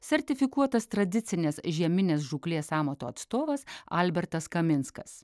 sertifikuotas tradicinės žieminės žūklės amato atstovas albertas kaminskas